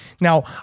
Now